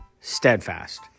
steadfast